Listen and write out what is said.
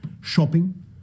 Shopping